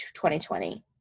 2020